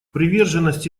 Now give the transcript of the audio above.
приверженность